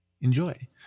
Enjoy